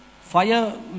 Fire